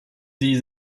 sie